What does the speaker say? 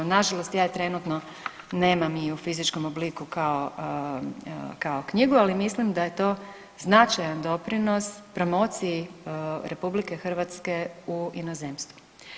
Nažalost, ja je trenutno nemam i u fizičkom obliku kao, kao knjigu, ali mislim da je to značajan doprinos promociji RH u inozemstvu.